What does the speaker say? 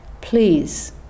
Please